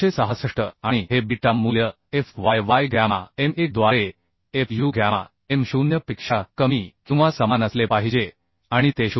566 आणि हे बीटा मूल्य Fy वाय गॅमा m 1 द्वारे Fu गॅमा m 0 पेक्षा कमी किंवा समान असले पाहिजे आणि ते 0